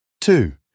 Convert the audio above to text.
Two